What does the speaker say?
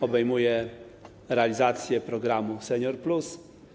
Obejmuje realizację programu „Senior+”